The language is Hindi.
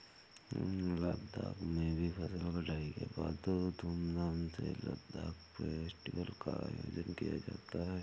लद्दाख में भी फसल कटाई के बाद धूमधाम से लद्दाख फेस्टिवल का आयोजन किया जाता है